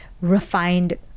refined